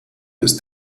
ist